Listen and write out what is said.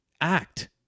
act